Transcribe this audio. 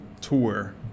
tour